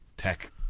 Tech